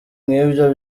nk’ibyo